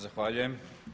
Zahvaljujem.